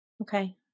Okay